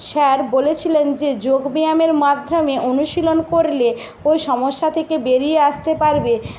sir বলেছিলেন যে যোগব্যায়ামের মাধ্যমে অনুশীলন করলে ওই সমস্যা থেকে বেরিয়ে আসতে পারবে